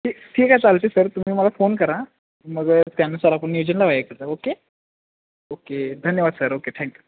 ठीक ठीक आहे चालते सर तुम्ही मला फोन करा मग त्यानुसार आपण नियोजन लावूया ओके ओके धन्यवाद सर ओके थँक्यू